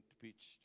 pitched